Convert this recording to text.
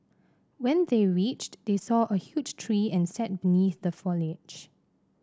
when they reached they saw a huge tree and sat beneath the foliage